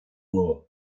nua